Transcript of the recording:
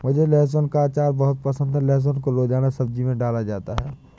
मुझे लहसुन का अचार बहुत पसंद है लहसुन को रोजाना सब्जी में डाला जाता है